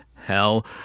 Hell